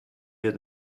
wir